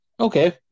Okay